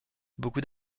beaucoup